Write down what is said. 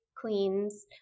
queens